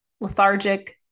lethargic